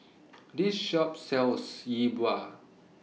This Shop sells Yi Bua